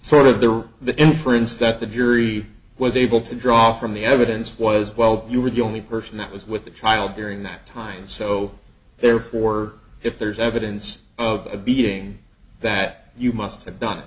sort of there were the imprints that the jury was able to draw from the evidence was well you were the only person that was with the child during that time so therefore if there's evidence of a beating that you must have done